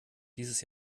dieses